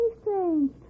strange